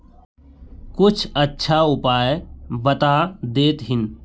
कुछ अच्छा उपाय बता देतहिन?